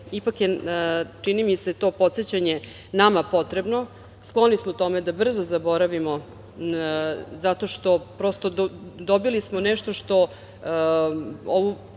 ipak je čini mi se to podsećanje nama potrebno. Skloni smo tome da brzo zaboravimo zato što prosto dobili smo nešto što ovu